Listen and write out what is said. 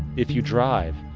if you drive,